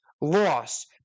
loss